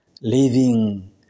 living